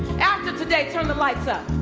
after today, turn the lights up.